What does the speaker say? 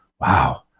wow